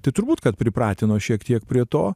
tai turbūt kad pripratino šiek tiek prie to